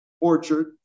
orchard